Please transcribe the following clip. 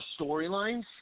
storylines